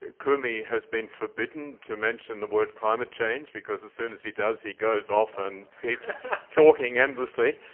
kumi has been forbidden to mention the word climate change because as soon as he does he goes off and keeps talking endlessly,